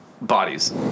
Bodies